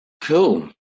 Cool